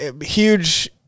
huge